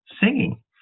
singing